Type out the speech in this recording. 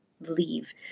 leave